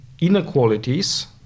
inequalities